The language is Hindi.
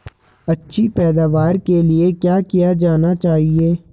अच्छी पैदावार के लिए क्या किया जाना चाहिए?